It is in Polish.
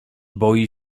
boi